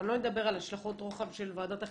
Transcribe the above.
אבל לא נדבר על השלכות רוחב של ועדת החינוך.